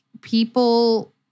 people